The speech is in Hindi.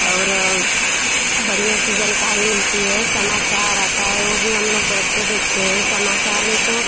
और बढ़िया से जनकारी मिलती है समाचार आता है वो भी हम लोग बैठ कर देखते हैं समाचार में तो